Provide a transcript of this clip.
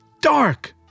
dark